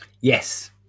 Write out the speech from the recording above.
Yes